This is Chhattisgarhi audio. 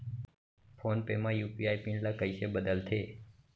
फोन पे म यू.पी.आई पिन ल कइसे बदलथे?